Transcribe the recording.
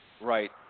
right